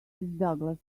douglas